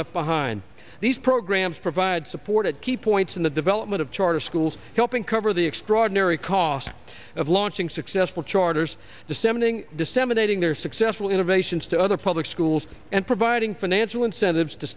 left behind these programs provide support at key points in the development of charter schools helping cover the extraordinary cost of launching successful charters disseminating disseminating their successful innovations to other public schools and providing financial incentives to